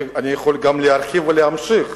אני יכול גם להרחיב ולהמשיך.